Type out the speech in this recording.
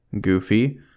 goofy